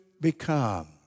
become